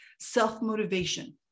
self-motivation